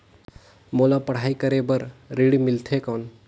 मोला पढ़ाई करे बर ऋण मिलथे कौन?